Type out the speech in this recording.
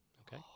Okay